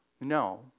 No